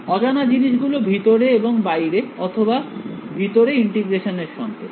অজানা জিনিস গুলি ভিতরে এবং বাইরে অথবা ভিতরে ইন্টিগ্রেশন সংকেতের